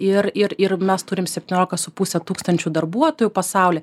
ir ir ir mes turim septyniolika su puse tūkstančių darbuotojų pasauly